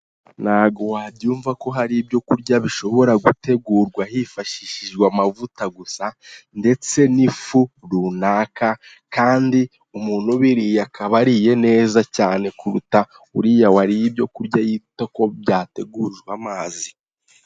Ntago wabyumva ko hari ibyo kurya bishobora gutegurwa hifashishijwe amavuta gusa, ndetse n'ifu runaka, kandi umuntu ubiriye akaba ariye neza cyane kuruta uriya wariye ibyo kurya yita ko byategujwe amazi.